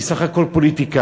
היא סך הכול פוליטיקאית,